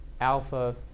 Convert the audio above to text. alpha